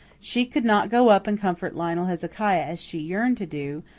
she could not go up and comfort lionel hezekiah as she yearned to do,